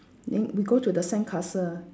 then we go to the sandcastle